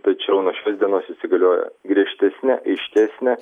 tačiau nuo šios dienos įsigalioja griežtesnė aiškesnė